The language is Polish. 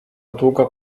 długo